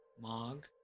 Mog